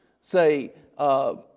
say